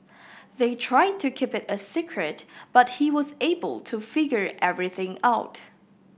they tried to keep it a secret but he was able to figure everything out